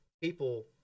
people